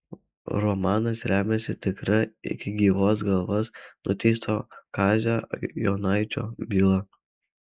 romanas remiasi tikra iki gyvos galvos nuteisto kazio jonaičio byla